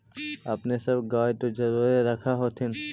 अपने सब गाय तो जरुरे रख होत्थिन?